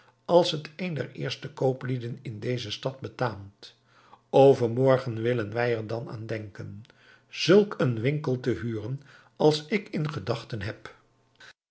als het een der eerste kooplieden in deze stad betaamt overmorgen willen wij er dan aan denken zulk een winkel te huren als ik in gedachten heb